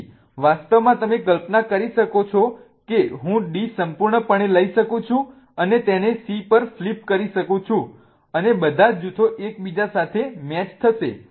તેથી વાસ્તવમાં તમે કલ્પના કરી શકો છો કે હું D સંપૂર્ણપણે લઈ શકું છું અને તેને C પર ફ્લિપ કરી શકું છું અને બધા જૂથો એકબીજા સાથે મેચ થશે